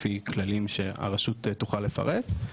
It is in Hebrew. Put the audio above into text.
לפי כללים שהרשות תוכל לפרט,